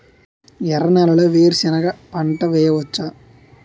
ఎర్ర నేలలో వేరుసెనగ పంట వెయ్యవచ్చా?